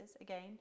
Again